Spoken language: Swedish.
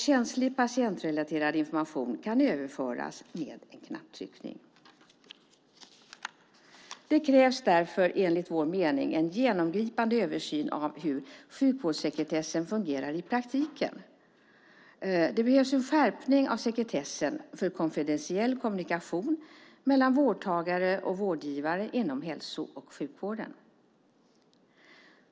Känslig patientrelaterad information kan överföras med en knapptryckning. Det krävs därför enligt vår mening en genomgripande översyn av hur sjukvårdssekretessen fungerar i praktiken. Det behövs en skärpning av sekretessen för konfidentiell kommunikation mellan vårdtagare och vårdgivare inom hälso och sjukvården.